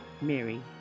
Mary